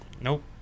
Nope